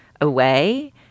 away